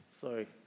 sorry